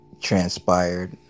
transpired